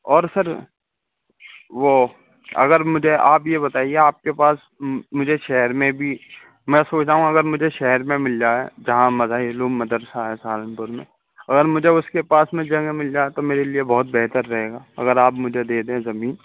اور سر وہ اگر مجھے آپ یہ بتائیے آپ کے پاس مجھے شہر میں بھی میں سوچ رہا ہوں اگر مجھے شہر میں مل جائے جہاں مظاہر العلوم مدرسہ ہے سہارنپور میں اگر مجھے اس کے پاس میں جگہ مل جائے تو میرے لیے بہت بہتر رہے گا اگر آپ مجھے دے دیں زمین